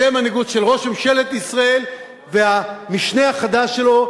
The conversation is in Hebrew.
זו מנהיגות של ראש ממשלת ישראל והמשנה החדש שלו,